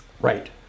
Right